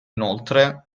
inoltre